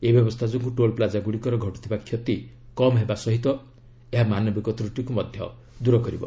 ଏହି ବ୍ୟବସ୍ଥା ଯୋଗୁଁ ଟୋଲ୍ପ୍ଲାଜା ଗୁଡ଼ିକର ଘଟୁଥିବା କ୍ଷତି କମ୍ ହେବା ସହ ଏହା ମାନବିକ ତ୍ରଟିକୁ ମଧ୍ୟ ଦୂର କରିବ